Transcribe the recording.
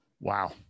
Wow